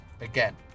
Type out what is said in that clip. again